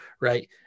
right